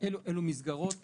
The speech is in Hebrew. אלו מסגרות